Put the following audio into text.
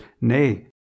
nay